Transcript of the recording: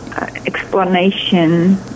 explanation